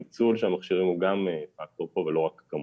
הניצול של המכשירים הוא גם פקטור ולא רק הכמות.